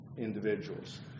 individuals